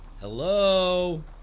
Hello